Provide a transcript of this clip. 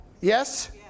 Yes